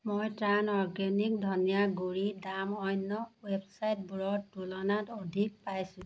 মই টাৰ্ণ অৰ্গেনিক ধনীয়া গুড়িৰ দাম অন্য ৱেবচাইটবোৰৰ তুলনাত অধিক পাইছোঁ